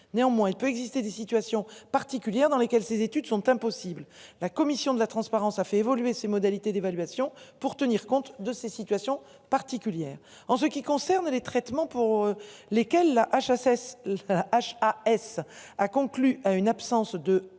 néanmoins il peut exister des situations particulières dans lesquelles ces études sont impossibles. La Commission de la transparence a fait évoluer ses modalités d'évaluation pour tenir compte de ces situations particulières. En ce qui concerne les traitements pour lesquels la HSS. H A S a conclu à une absence de